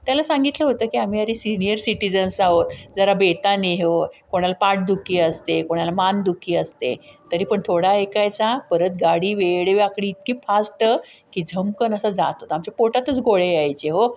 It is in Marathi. त्याला सांगितलं होतं की आम्ही सारी सिनियर सिटीजन्स आहोत जरा बेताने हो कोणाला पाठदुखी असते कोणाला मानदुखी असते तरी पण थोडा ऐकायचा परत गाडी वेडीवाकडी इतकी फास्ट की झमकन असा जात होता की आमच्या पोटातच गोळे यायचे हो